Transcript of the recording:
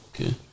Okay